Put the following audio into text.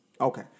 Okay